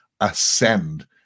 ascend